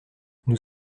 nous